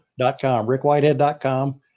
RickWhitehead.com